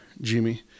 Jimmy